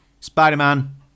Spider-Man